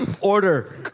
Order